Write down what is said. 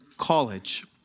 college